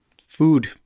food